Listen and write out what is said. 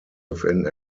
within